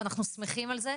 ואנחנו שמחים על זה,